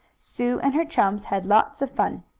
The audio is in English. sue and her chums had lots of fun.